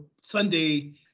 Sunday